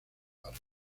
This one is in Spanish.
parma